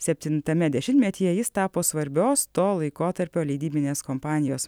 septintame dešimtmetyje jis tapo svarbios to laikotarpio leidybinės kompanijos